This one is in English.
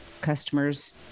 customers